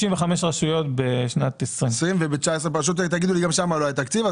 65 רשויות בשנת 2020. ב-20' תגידו שגם שם לא היה תקציב.